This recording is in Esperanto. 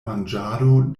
manĝado